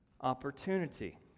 opportunity